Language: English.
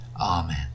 Amen